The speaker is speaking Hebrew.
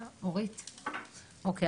אוקיי,